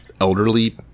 elderly